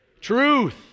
Truth